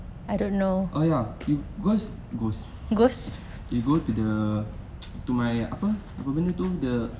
oh ya you ghost ghost you go to the to my apa apa benda tu the